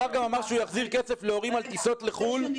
השר גם אמר שהוא יחזיר כסף להורים על טיסות לפולין